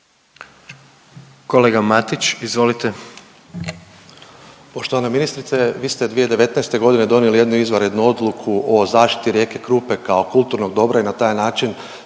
Kolega Matić, izvolite.